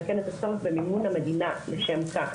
וכן את הצורך במימון המדינה לשם כך.